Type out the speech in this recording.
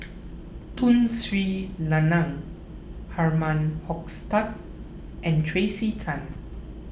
Tun Sri Lanang Herman Hochstadt and Tracey Tan